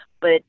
But-